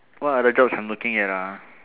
what other jobs I'm looking at ah